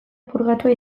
purgatua